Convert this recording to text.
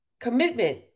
commitment